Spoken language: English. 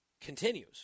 continues